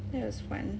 that was fun